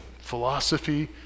philosophy